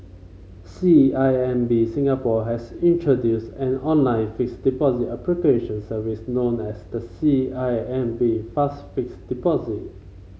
C I M B Singapore has introduced an online fixed deposit application services known as the C I M B Fast Fixed Deposit